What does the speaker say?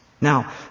Now